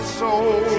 soul